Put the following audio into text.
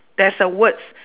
there's a words